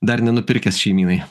dar nenupirkęs šeimynai